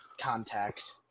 contact